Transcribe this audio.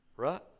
Right